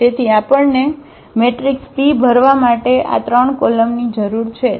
તેથી આપણને matrix p ભરવા માટે આ 3 કોલમની જરૂર છે